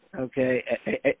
Okay